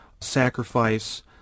sacrifice